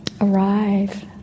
arrive